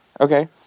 Okay